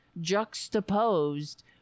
juxtaposed